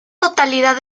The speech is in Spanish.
totalidad